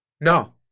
No